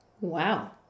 Wow